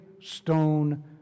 stone